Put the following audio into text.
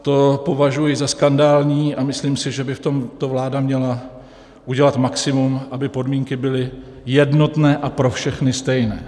To považuji za skandální a myslím si, že by v tomto vláda měla udělat maximum, aby podmínky byly jednotné a pro všechny stejné.